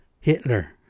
Hitler